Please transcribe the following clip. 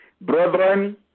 Brethren